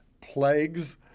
plagues